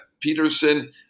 Peterson